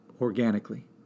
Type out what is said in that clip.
organically